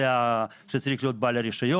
זה שצריך להיות בעל רישיון,